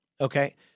Okay